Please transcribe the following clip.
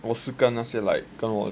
我是跟那些 like 跟我来